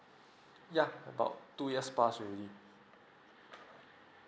yeah about two years past already